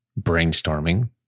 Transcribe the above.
brainstorming